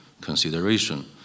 consideration